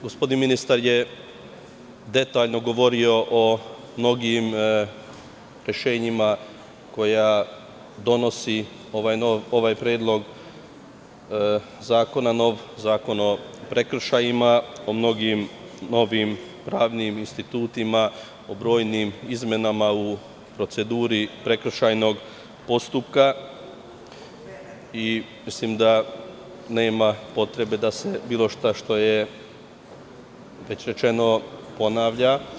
Gospodin ministar je detaljno govorio o mnogim rešenjima koja donosi ovaj predlog zakona, odnosno nov zakon o prekršajima, o mnogim novim pravnim institutima, o brojnim izmenama u proceduri prekršajnog postupka i mislim da nema potrebe da se bilo šta što je već rečeno ponavlja.